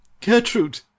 Gertrude